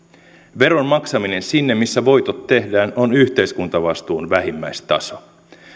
veron maksaminen sinne missä voitot tehdään on yhteiskuntavastuun vähimmäistaso